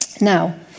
Now